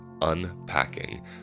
unpacking